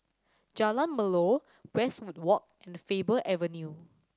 Jalan Melor West Walk and Faber Avenue